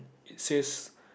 it says